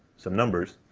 some numbers,